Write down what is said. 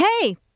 hey